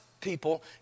People